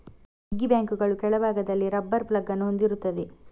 piggy ಬ್ಯಾಂಕುಗಳು ಕೆಳಭಾಗದಲ್ಲಿ rubber plug ಅನ್ನು ಹೊಂದಿರುತ್ತವೆ